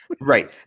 Right